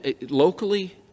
locally